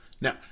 now